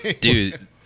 Dude